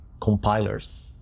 compilers